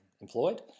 employed